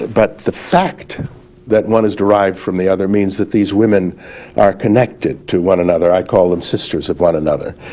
but the fact that one is derived from the other means that these women are connected to one another, i call them sisters of one another,